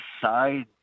side